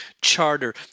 charter